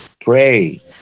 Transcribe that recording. Pray